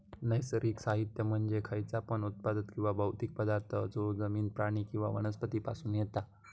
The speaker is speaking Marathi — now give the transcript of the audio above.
नैसर्गिक साहित्य म्हणजे खयचा पण उत्पादन किंवा भौतिक पदार्थ जो जमिन, प्राणी किंवा वनस्पती पासून येता